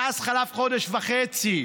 מאז חלף חודש וחצי.